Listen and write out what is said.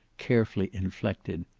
carefully inflected,